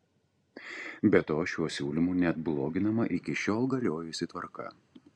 be to šiuo siūlymu net bloginama iki šiol galiojusi tvarka